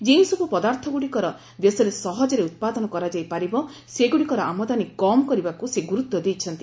ଯେଉଁସବୁ ପଦାର୍ଥଗୁଡ଼ିକର ଦେଶରେ ସହଜରେ ଉତ୍ପାଦନ କରାଯାଇ ପାରିବ ସେଗୁଡ଼ିକର ଆମଦାନୀ କମ୍ କରିବାକୁ ସେ ଗୁରୁତ୍ୱ ଦେଇଛନ୍ତି